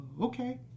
okay